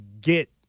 get